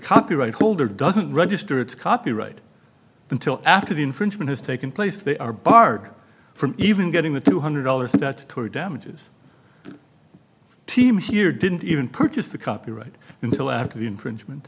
copyright holder doesn't register its copyright until after the infringement has taken place they are barred from even getting the two hundred dollars that tore damages team here didn't even purchase the copyright in the after the infringement